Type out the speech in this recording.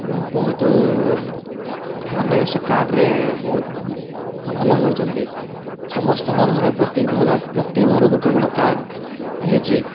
ବହୁତ ମାନେ ସେ କାର୍ଡ଼ରେ ବହୁତ ଭଲ ହେଉଛନ୍ତି ସମସ୍ତଙ୍କ ଘରେ ପ୍ରତି ଘରେ ପ୍ରତି ଘରେ ଗୋଟେ ଗୋଟେ କାର୍ଡ଼ ହେଇଛି